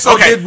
Okay